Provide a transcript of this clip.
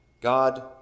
God